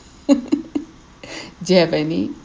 do you have any